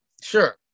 Sure